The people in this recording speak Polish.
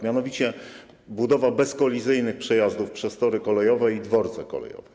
Mianowicie budowa bezkolizyjnych przejazdów przez tory kolejowe i dworce kolejowe.